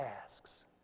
tasks